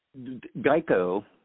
Geico